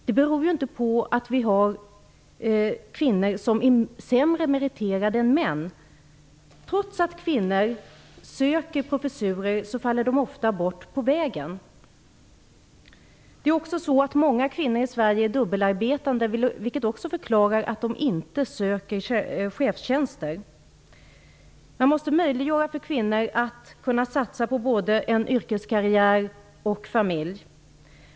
Det beror inte på att vi har kvinnor som är sämre meriterade än män. Trots att kvinnor söker professurer faller de ofta bort på vägen. Det är också så att många kvinnor i Sverige är dubbelarbetande, vilket också förklarar att de inte söker chefstjänster. Man måste möjliggöra för kvinnor att kunna satsa på både en yrkeskarriär och familj.